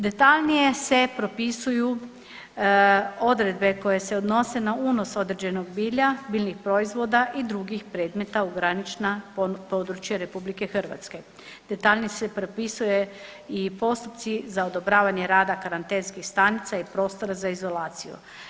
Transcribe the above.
Detaljnije se propisuju odredbe koje se odnose na unos određenog bilja, biljnih proizvoda i drugih predmeta u granična područja RH, detaljnije se propisuje i postupci za odobravanje rada karantenskih stanica i prostora za izolaciju.